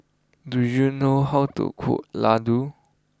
do you know how to cook Ladoo